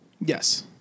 Yes